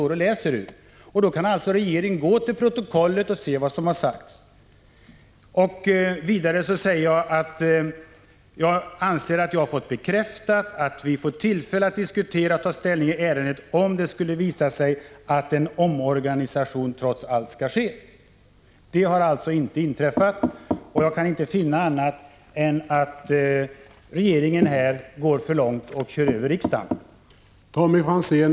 — Regeringen kan alltså gå till protokollet och se vad som har sagts. Vidare sade jag att jag anser att jag har fått bekräftat att vi får tillfälle att diskutera och ta ställning i ärendet, om det visar sig att en omorganisation trots allt skall ske. Riksdagen har alltså inte fått ta ställning, och jag kan inte finna annat än att regeringen här gått för långt och kört över riksdagen.